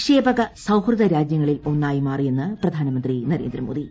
India നിക്ഷേപക സൌഹൃദ രാജ്യങ്ങളിൽ ഒന്നായി മാറിയെന്ന് പ്രധാനമന്ത്രി നരേന്ദ്രമോദി